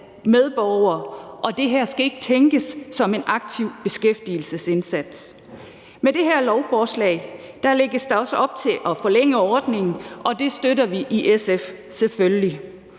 medborgere, og det her skal ikke tænkes som en aktiv beskæftigelsesindsats. Med det her lovforslag lægges der også op til at forlænge ordningen, og det støtter vi selvfølgelig